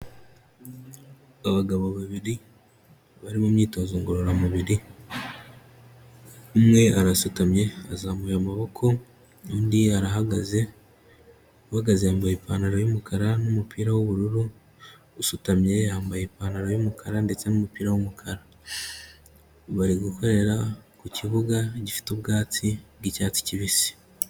Abagabo babiri bari mu myitozo ngororamubiri, umwe arasutamye azamuye amaboko, undi arahagaze, uhagaze yambaye ipantaro y'umukara n'umupira w'ubururu, usutamye yambaye ipantaro y'umukara ndetse n'umupira w'umukara, bari gukorera ku kibuga gifite ubwatsi bw'icyatsi kibisi.